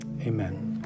Amen